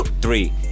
three